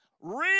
Real